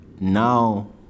now